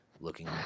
looking